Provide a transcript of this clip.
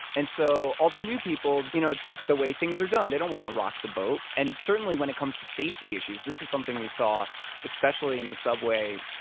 and so, all the new people, you know it's just the way things are done. they don't want to rock the boat. and certainly when it comes to safety issues, this is something we saw especially in the subway,